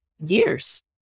years